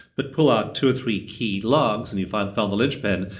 but pull out two or three key logs, and you've ah found the linchpin.